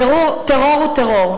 טרור הוא טרור.